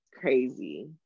crazy